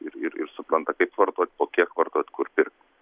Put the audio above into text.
ir ir ir supranta kaip vartot po kiek vartot kur pirkt